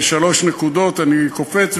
אני קופץ,